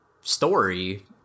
story